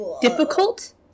difficult